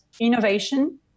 innovation